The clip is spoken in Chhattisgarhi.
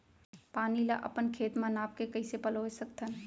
पानी ला अपन खेत म नाप के कइसे पलोय सकथन?